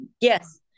Yes